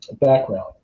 background